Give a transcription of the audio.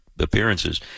Appearances